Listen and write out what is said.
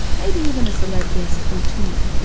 maybe even a celeb guest or two